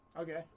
Okay